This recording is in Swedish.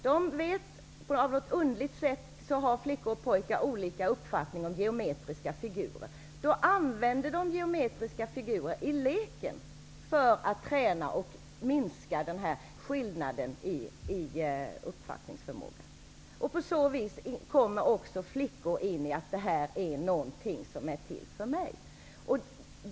De vet att flickor och pojkar på något underligt sätt har olika uppfattning om geometriska figurer. Då använder man de geometriska figurerna i leken för att träna och minska den här skillnaden i uppfattningsförmåga. På så vis kommer också flickor in i att det här är någonting som är till för dem.